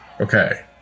Okay